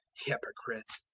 hypocrites,